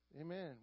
Amen